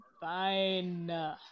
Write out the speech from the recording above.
Fine